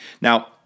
Now